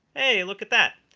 hey, look at that.